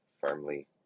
firmly